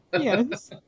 Yes